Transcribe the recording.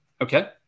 Okay